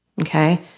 okay